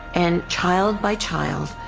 and child by child,